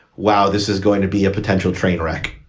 wow, this is going to be a potential train wreck